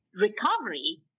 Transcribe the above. recovery